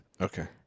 Okay